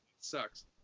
sucks